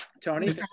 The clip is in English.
Tony